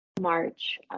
March